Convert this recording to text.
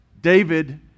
David